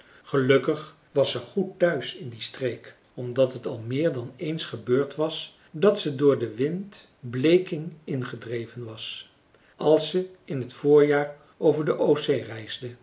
gelukkig was ze goed thuis in die streek omdat het al meer dan eens gebeurd was dat ze door den wind bleking in gedreven was als ze in t voorjaar over de